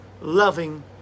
loving